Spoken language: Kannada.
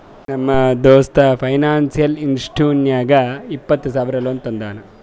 ನಮ್ ದೋಸ್ತ ಫೈನಾನ್ಸಿಯಲ್ ಇನ್ಸ್ಟಿಟ್ಯೂಷನ್ ನಾಗ್ ಇಪ್ಪತ್ತ ಸಾವಿರ ಲೋನ್ ತಂದಾನ್